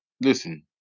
listen